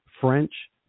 French